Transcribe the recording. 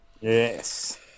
yes